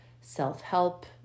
self-help